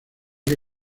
que